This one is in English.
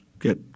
get